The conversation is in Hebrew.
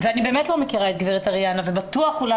אני באמת לא מכירה את גברת אריאנה ובטוח שאולי